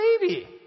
baby